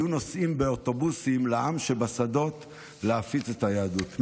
הם היו נוסעים באוטובוסים לעם שבשדות כדי להפיץ את היהדות.